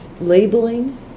labeling